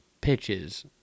pitches